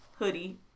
hoodie